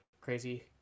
crazy